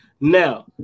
Now